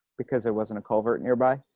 because it wasn't a culvert nearby.